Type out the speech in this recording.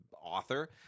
author